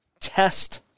test